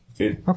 Okay